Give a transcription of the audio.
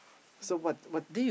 so what what